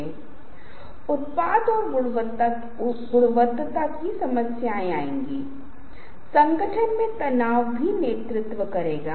इसलिए हम बुनियादी तत्वों लेआउट रंगों छवियों क्लिप और ध्वनियों एनीमेशन पाठ और अन्य घटकों के बारे में बात करेंगे